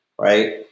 right